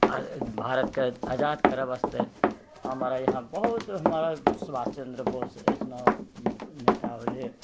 भार भारतके आजाद करय वास्ते हमारा इहाँ बहुत हमारा सुभाष चन्द्र बोस ऐसनो नेता होलै